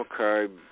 Okay